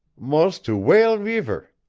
mos' to whale reever.